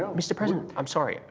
um mr. president, i'm sorry.